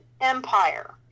Empire